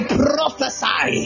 prophesy